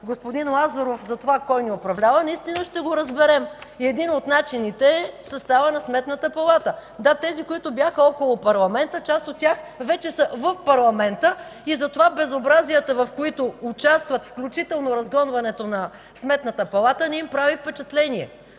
господин Лазаров за това кой ни управлява, наистина ще го разберем. Един от начините е съставът на Сметната палата. Да, тези, които бяха около парламента, част от тях вече са в парламента и затова безобразията, в които участват, включително разгонването на Сметната палата, не им прави впечатление.